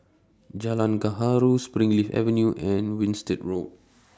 Jalan Gaharu Springleaf Avenue and Winstedt Road